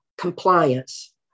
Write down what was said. compliance